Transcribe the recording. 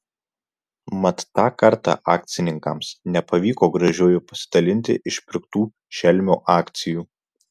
mat tą kartą akcininkams nepavyko gražiuoju pasidalyti išpirktų šelmio akcijų